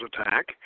attack